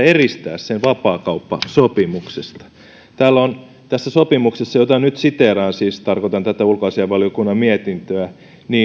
eristää sen vapaakauppasopimuksesta täällä tässä sopimuksessa siis tarkoitan tätä ulkoasiainvaliokunnan mietintöä